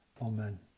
Amen